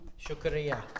Shukriya